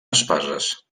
espases